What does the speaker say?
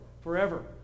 Forever